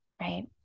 right